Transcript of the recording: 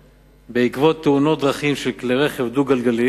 בעקבות תאונות דרכים של כלי רכב דו-גלגלי